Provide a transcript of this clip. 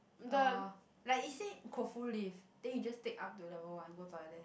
uh like it say Koufu lift then you just take up to level one go toilet there